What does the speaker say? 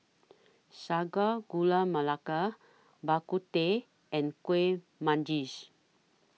Sago Gula Melaka Bak Kut Teh and Kuih Manggis